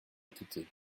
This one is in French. l’équité